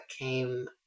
came